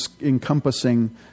encompassing